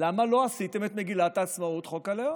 למה לא עשיתם את מגילת העצמאות חוק הלאום?